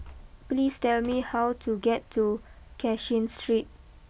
please tell me how to get to Cashin Street